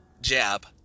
jab